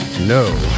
No